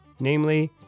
Namely